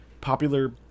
popular